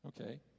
Okay